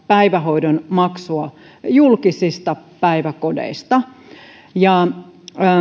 päivähoidon maksua julkisista päiväkodeista ja